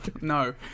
No